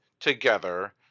together